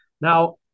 Now